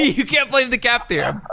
you can't blame the cap theorem.